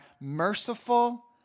merciful